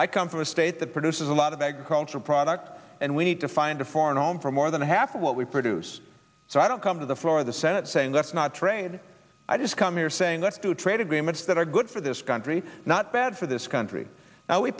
i come from a state that produces a lot of agricultural products and we need to find a foreign home for more than half of what we produce so i don't come to the floor of the senate saying let's not trade i just come here saying let's do trade agreements that are good for this country not bad for this country